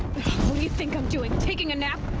you think i'm doing, taking a nap?